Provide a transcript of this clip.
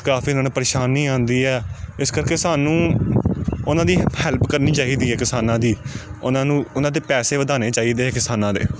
ਕਾਫੀ ਉਹਨਾਂ ਨੂੰ ਪਰੇਸ਼ਾਨੀ ਆਉਂਦੀ ਆ ਇਸ ਕਰਕੇ ਸਾਨੂੰ ਉਹਨਾਂ ਦੀ ਹੈਲਪ ਕਰਨੀ ਚਾਹੀਦੀ ਹੈ ਕਿਸਾਨਾਂ ਦੀ ਉਹਨਾਂ ਨੂੰ ਉਹਨਾਂ ਦੇ ਪੈਸੇ ਵਧਾਉਣੇ ਚਾਹੀਦੇ ਕਿਸਾਨਾਂ ਦੇ